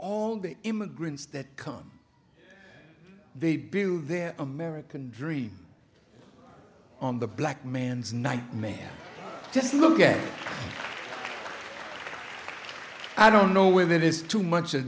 all the immigrants that come they build their american dream on the black man's nightmare just look at i don't know where there is to much of